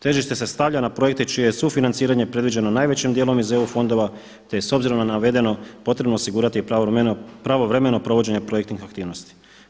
Težište se stavlja na projekte čije je sufinanciranje predviđeno najvećim dijelom iz EU fondova te je s obzirom na navedeno potrebno osigurati pravovremeno provođenje projektnih aktivnosti.